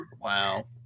Wow